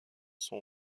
son